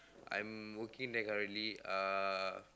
I'm working there currently uh